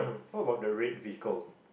what about the red vehicle